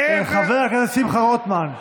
חבר הכנסת שמחה רוטמן,